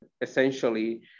essentially